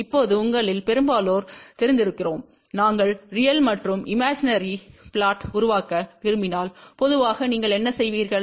இப்போது உங்களில் பெரும்பாலோர் தெரிந்திருக்கிறோம் நாங்கள் ரியல் மற்றும் இமேஜினரி புளொட்த்திட்டத்தை உருவாக்க விரும்பினால் பொதுவாக நீங்கள் என்ன செய்கிறீர்கள்